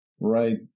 Right